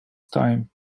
time